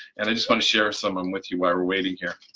and i just want to share someone with you while we're waiting here.